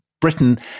Britain